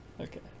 Okay